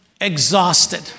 exhausted